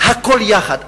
הכול יחד.